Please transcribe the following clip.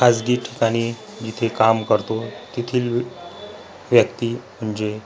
खासगी ठिकाणी जिथे काम करतो तेथील व्यक्ती म्हणजे